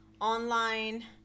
online